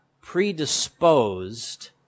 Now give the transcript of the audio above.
predisposed